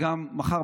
מחר,